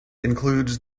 includes